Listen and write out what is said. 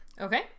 Okay